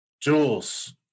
Jules